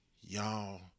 y'all